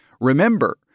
Remember